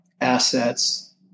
assets